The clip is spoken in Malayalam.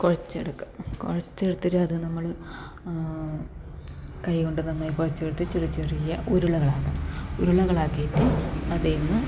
കുഴച്ചെടുക്കുക കുഴച്ചെടുത്തിട്ട് അത് നമ്മൾ കൈകൊണ്ട് നന്നായി കുഴച്ച് എടുത്ത് ചെറു ചെറിയ ഉരുളകളാക്കുക ഉരുളകളാക്കിയിട്ട് അതീന്ന്